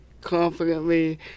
confidently